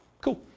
cool